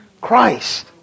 Christ